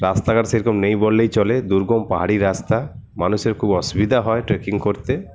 রাস্তাঘাট সেই রকম নেই বললেই চলে দুর্গম পাহাড়ি রাস্তা মানুষের খুব অসুবিধা হয় ট্রেকিং করতে